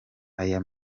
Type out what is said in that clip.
aya